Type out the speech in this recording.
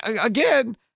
Again